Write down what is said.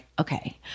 okay